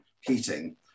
heating